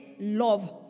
love